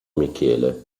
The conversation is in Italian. michele